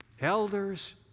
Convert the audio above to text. Elders